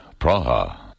Praha